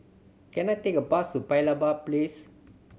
can I take a bus to Paya Lebar Place